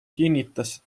kinnitas